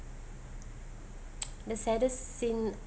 the saddest scene